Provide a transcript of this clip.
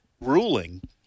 ruling